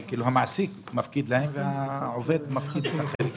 שהמעסיק מפקיד להם והעובד מפקיד את החלק שלו.